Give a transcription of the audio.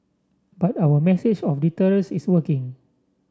but our message of deterrence is working